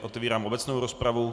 Otevírám obecnou rozpravu.